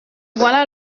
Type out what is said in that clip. voilà